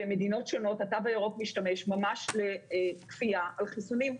במדינות שונות התו הירוק משתמש ממש לכפייה על חיסונים.